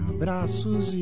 Abraços